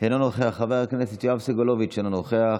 אינו נוכח, חבר הכנסת יואב סגלוביץ' איננו נוכח.